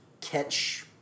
catch